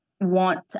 want